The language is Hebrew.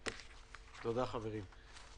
תודה, חברים.